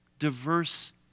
diverse